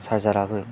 charger